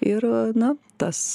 ir na tas